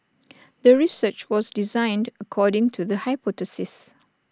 the research was designed according to the hypothesis